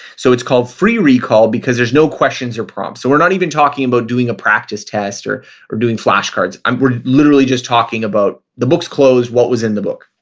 so it's called free recall because there's no questions or prompts. we're not even talking about doing a practice test or or doing flashcards. we're literally just talking about the book's closed, what was in the book.